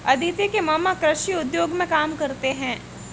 अदिति के मामा कृषि उद्योग में काम करते हैं